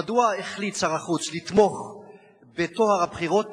היא: מדוע החליט שר החוץ לתמוך בטוהר הבחירות,